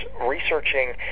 researching